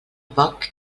poc